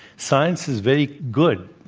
science is very good.